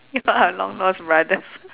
you all are long lost brothers